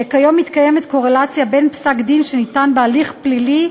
כיום מתקיימת קורלציה בין פסק-דין שניתן בהליך פלילי,